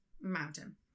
mountain